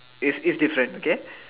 it's it's different okay